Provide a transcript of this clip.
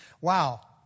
Wow